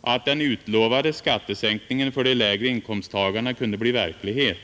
att den utlovade skattesänkningen för de lägre inkomsttagarna kunde bli verklighet.